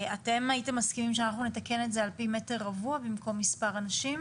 אתם הייתם מסכימים שאנחנו נתקן את זה על פי מ"ר במקום מספר אנשים?